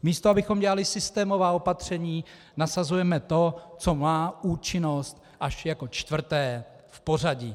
Místo abychom dělali systémová opatření, nasazujeme to, co má účinnost až jako čtvrté v pořadí.